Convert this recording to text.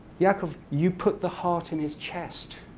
yaacov, you put the heart in his chest.